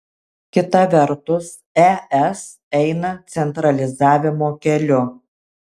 kita vertus es eina centralizavimo keliu